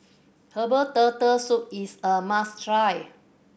herbal Turtle Soup is a must try